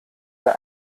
der